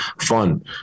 fun